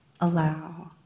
allow